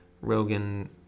Rogan